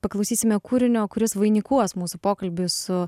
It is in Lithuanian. paklausysime kūrinio kuris vainikuos mūsų pokalbį su